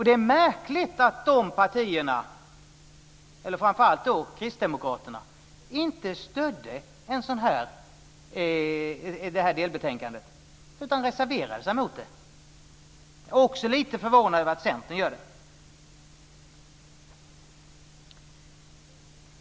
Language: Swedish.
Det är märkligt att framför allt Kristdemokraterna inte har stött delbetänkandet. I stället reserverar man sig mot det. Jag är också lite förvånad över att Centern gör det.